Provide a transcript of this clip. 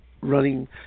running